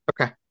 Okay